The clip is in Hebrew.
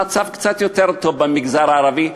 המצב קצת יותר טוב במגזר הערבי,